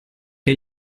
che